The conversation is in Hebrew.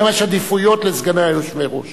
היום יש עדיפויות לסגני היושב-ראש